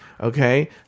okay